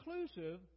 inclusive